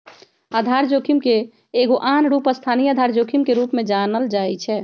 आधार जोखिम के एगो आन रूप स्थानीय आधार जोखिम के रूप में जानल जाइ छै